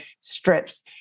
strips